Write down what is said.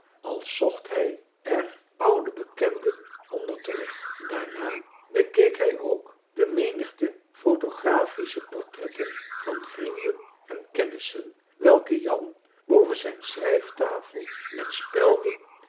als zocht hij er oude bekenden onder terug daarna bekeek hij ook de menigte photographische portretten van vrienden marcellus emants een drietal novellen en kennissen welke jan boven zijn schrijftafel met spelden